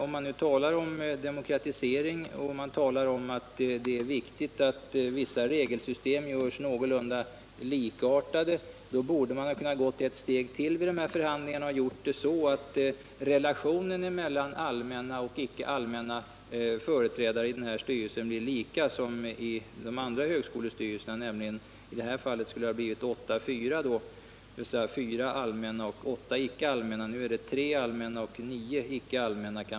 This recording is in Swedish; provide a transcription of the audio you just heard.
Om man nu talar om demokratisering och om att det är viktigt att vissa regelsystem görs någorlunda likartade, borde man vid dessa förhandlingar ha gått ett steg till. Relationen mellan allmänna och icke allmänna företrädare i den här styrelsen borde vara lika med den i de andra högskolestyrelserna. I detta fall skulle det ha blivit åtta resp. fyra, dvs. fyra allmänna och åtta icke allmänna. Nu är det tre allmänna och nio icke allmänna.